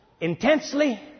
intensely